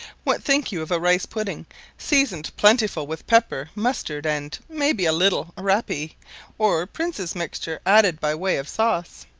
what think you of a rice pudding seasoned plentifully with pepper, mustard, and, may be, a little rappee or prince's mixture added by way of sauce.